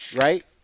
Right